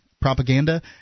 propaganda